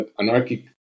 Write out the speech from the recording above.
anarchic